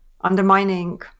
undermining